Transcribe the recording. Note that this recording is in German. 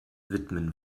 widmen